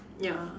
ya